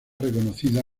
reconocida